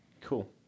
Cool